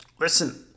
listen